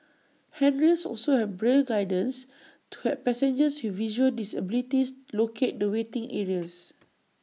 handrails also have braille guidance to help passengers with visual disabilities locate the waiting areas